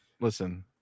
Listen